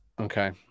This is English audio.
Okay